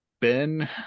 Ben